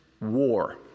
war